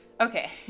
Okay